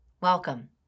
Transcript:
Welcome